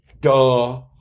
Duh